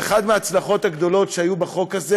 ואחת מההצלחות הגדולות שהיו בחוק הזה